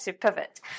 pivot